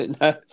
no